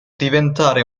diventare